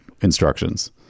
instructions